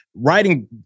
writing